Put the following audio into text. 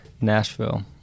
nashville